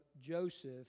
Joseph